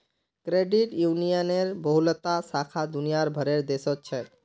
credit यूनियनेर बहुतला शाखा दुनिया भरेर देशत छेक